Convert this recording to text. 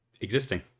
existing